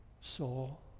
Soul